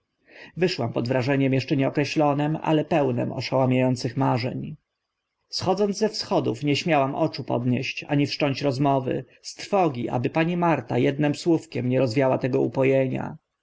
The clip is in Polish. wyszłam pod wrażeniem eszcze nieokreślonym ale pełnym oszałamia ących marzeń schodząc ze schodów nie śmiałam oczu podnieść ani wszcząć rozmowy z trwogi aby pani marta ednym słówkiem nie rozwiała tego upo